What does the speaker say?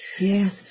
Yes